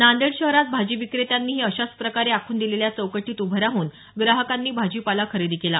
नांदेड शहरात भाजी विक्रेत्यांनीही अशाच प्रकारे आखून दिलेल्या चौकटीत उभं राहून ग्राहकांनी भाजीपाला खरेदी केला